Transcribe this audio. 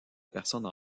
personnes